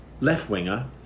left-winger